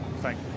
thank